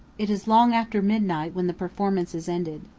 it is long after midnight when the performance is ended.